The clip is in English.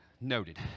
Noted